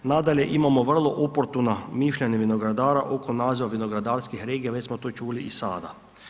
Nadalje, imamo vrlo oportuna mišljenja vinogradara oko naziva vinogradarskih regija, već smo to čuli i sada.